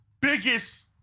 biggest